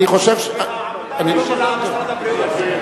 של משרד הבריאות.